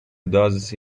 idosas